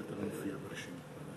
אבל גם אני מצרף את החתימה שלי,